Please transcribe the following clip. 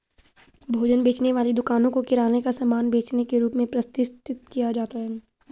भोजन बेचने वाली दुकानों को किराने का सामान बेचने के रूप में प्रतिष्ठित किया जाता है